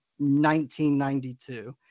1992